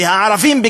והערבים,